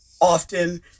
often